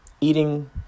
eating